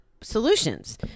solutions